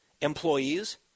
employees